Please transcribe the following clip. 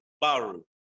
Baru